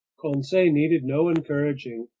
conseil needed no encouraging.